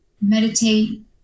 meditate